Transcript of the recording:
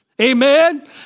Amen